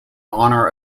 honour